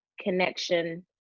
connection